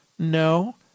No